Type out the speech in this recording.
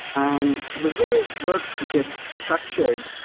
and the way work gets structured,